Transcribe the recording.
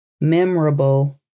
memorable